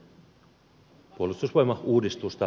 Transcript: arvoisa puhemies